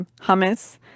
hummus